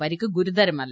പരിക്ക് ഗുരുതരമല്ല